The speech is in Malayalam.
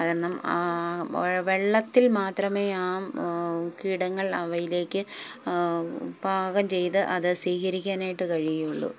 അത് കാരണം വെള്ളത്തിൽ മാത്രമേ ആ കീടങ്ങൾ അവയിലേക്ക് പാകം ചെയ്ത് അത് സ്വീകരിക്കാനായിട്ട് കഴിയുകയുള്ളൂ